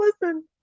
Listen